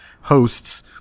hosts